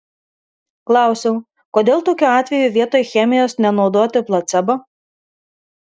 klausiau kodėl tokiu atveju vietoj chemijos nenaudoti placebo